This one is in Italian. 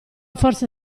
forse